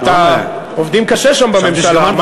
עובדים קשה שם בממשלה,